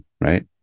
right